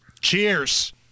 cheers